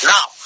Now